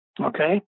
Okay